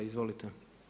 Izvolite.